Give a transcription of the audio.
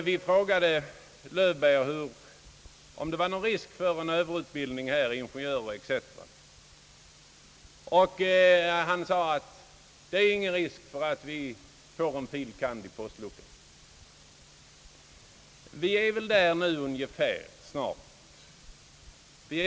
Vi frågade herr Löwbeer om det fanns någon risk för överutbildning av t.ex. ingenjörer. Han savarade: Det är ingen risk, ej heller att vi får en fil. kand. i postluckan! Vi är där nu snart.